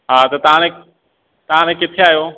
हा त तव्हां हाणे तव्हां हाणे किते आहियो